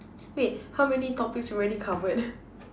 wait how many topics we already covered